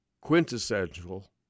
quintessential